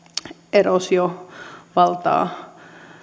eroosio valtaa